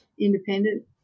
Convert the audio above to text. independent